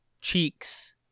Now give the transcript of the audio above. cheeks